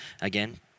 again